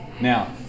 Now